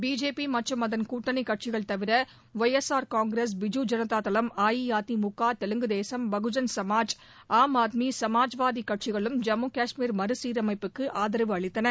BJP மற்றும் அதன் கூட்டணி கட்சிகள் தவிர ஒய்எஸ்ஆர் காங்கிரஸ் பிஜு ஜனதாதளம் அஇஅதிமுக தெலுங்கு தேசம் பகுஜன் சமாஜ் ஆம் ஆத்மி சமாஜ்வாதி கட்சிகளும் ஜம்மு கஷ்மீர் மறுசீரமைப்புக்கு ஆதரவு அளித்தன